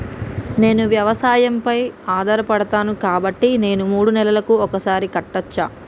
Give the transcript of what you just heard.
నేను వ్యవసాయం పై ఆధారపడతాను కాబట్టి నేను మూడు నెలలకు ఒక్కసారి కట్టచ్చా?